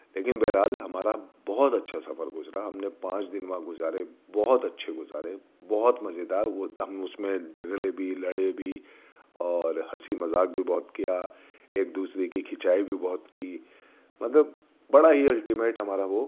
لیکن بہرحال ہمارا بہت اچھا سفر گزرا ہم نے پانچ دن وہاں گزارے بہت اچھے گزارے بہت مزے دار وہ تھا ہم اس میں جھگڑے بھی لڑے بھی اور ہنسی مذاق بھی بہت کیا ایک دوسرے کی کھینچائی بھی بہت کی مطلب بڑا ہی الٹیمیٹ ہمارا وہ